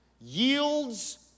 yields